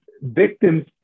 victims